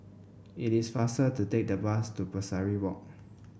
it is faster to take the bus to Pesari Walk